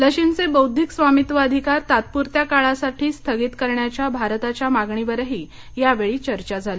लशींचे बौद्धक स्वामित्व अधिकार तात्पुरत्या काळासाठी स्थगित करण्याच्या भारताच्या मागणीवरही यावेळी चर्चा झाली